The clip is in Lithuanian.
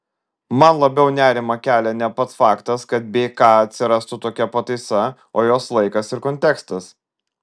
man labiau nerimą kelia ne pats faktas kad bk atsirastų tokia pataisa o jos laikas ir kontekstas